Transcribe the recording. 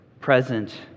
present